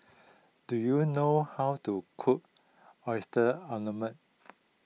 do you know how to cook Oyster